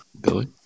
Billy